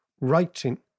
Writing